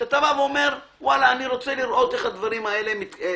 אתה אומר שאתה רוצה לראות איך הדברים מתקדמים.